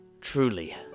Truly